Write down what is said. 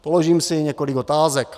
Položím si několik otázek.